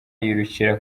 yirukira